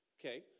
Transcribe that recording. okay